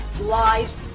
lives